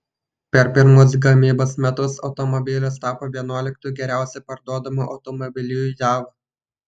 per pirmus gamybos metus automobilis tapo vienuoliktu geriausiai parduodamu automobiliu jav